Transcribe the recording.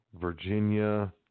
Virginia